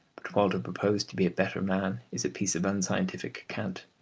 but while to propose to be a better man is a piece of unscientific cant,